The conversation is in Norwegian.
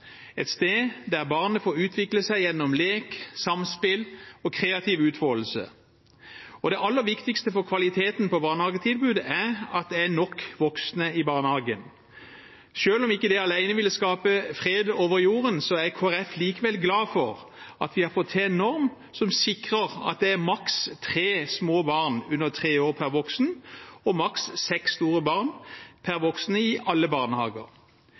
et sted der barna får utvikle seg gjennom lek, samspill og kreativ utfoldelse. Det aller viktigste for kvaliteten på barnehagetilbudet er at det er nok voksne i barnehagen. Selv om ikke det alene vil skape fred over jorden, er Kristelig Folkeparti likevel glad for at vi har fått til en norm som sikrer at det er maksimalt tre små barn under tre år per voksen og maksimalt seks store barn per voksen i alle barnehager.